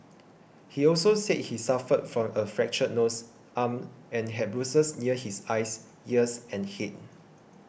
he also said he suffered from a fractured nose arm and had bruises near his eyes ears and head